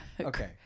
okay